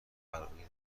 فراگیر